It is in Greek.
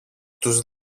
τους